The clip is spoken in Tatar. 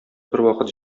бервакыт